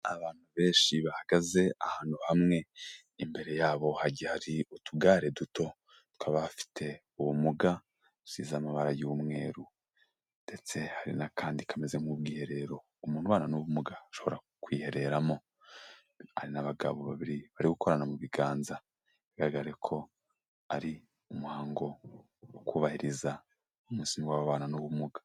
Abantu benshi bahagaze ahantu hamwe, imbere yabo hagiye hari utugare duto tw'abafite ubumuga, dusize amabara y'umweru, ndetse hari n'akandi kameze nk'ubwiherero, umuntu ubana n'ubumuga ashobora kwihereramo, hari n'abagabo babiri bari gukorana mu biganza, bigaragare ko ari umuhango wo kubahiriza umunsi w'ababana n'ubumuga.